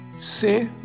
say